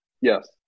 Yes